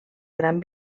gran